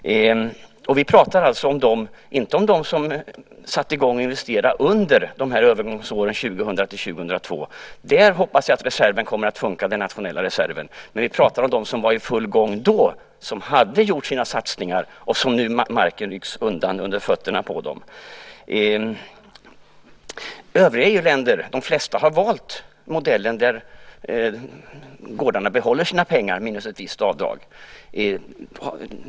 Vi pratar inte om dem som har investerat under övergångsåren 2000-2002. Där hoppas jag att den nationella reserven kommer att fungera. Men vi pratar om dem som var i full gång då och som hade gjort sina satsningar. Nu rycks marken undan under fötterna på dem. De flesta övriga EU-länder har valt modellen där gårdarna behåller sina pengar minus ett visst avdrag.